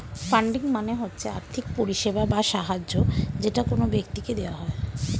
funding মানে হচ্ছে আর্থিক পরিষেবা বা সাহায্য যেটা কোন ব্যক্তিকে দেওয়া হয়